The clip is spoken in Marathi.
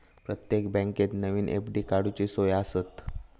प्रत्येक बँकेत नवीन एफ.डी काडूची सोय आसता